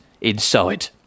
inside